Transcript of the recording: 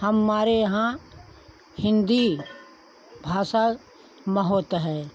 हमारे यहाँ हिन्दी भाषा महत्व है